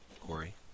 Corey